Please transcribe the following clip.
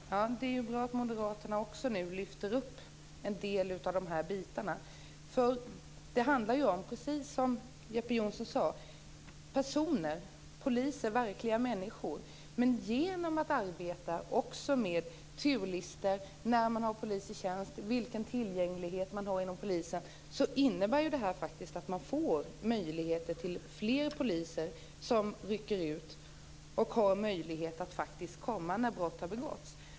Fru talman! Det är ju bra att också moderaterna nu lyfter fram en del av dessa frågor. Det handlar, precis som Jeppe Johnsson sade, om verkliga människor, men genom att också arbeta med turlistor när poliserna har för litet tjänst och med polisens tillgänglighet får man möjlighet att ha fler poliser som faktiskt kan rycka ut när brott har begåtts.